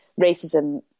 racism